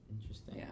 Interesting